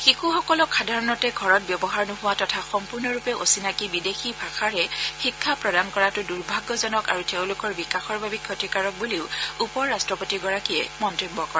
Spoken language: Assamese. শিশুসকলক সাধাৰণতে ঘৰত ব্যৱহাৰ নোহোৱা তথা সম্পুৰ্ণৰূপে অচিনাকী বিদেশী ভাষাৰে শিক্ষা প্ৰদান কৰাটো দূৰ্ভাগ্যজনক আৰু তেওঁলোকৰ বিকাশৰ বাবে ক্ষতিকাৰক বুলিও উপৰাট্টপতিগৰাকীয়ে মন্তব্য কৰে